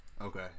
Okay